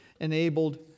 enabled